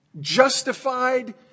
justified